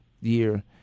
year